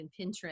Pinterest